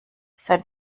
sein